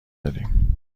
دادیم